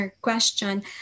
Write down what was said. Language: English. question